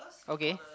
okay